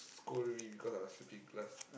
scold me because I was sleeping in class